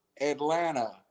Atlanta